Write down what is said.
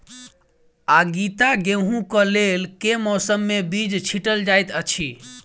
आगिता गेंहूँ कऽ लेल केँ मौसम मे बीज छिटल जाइत अछि?